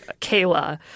Kayla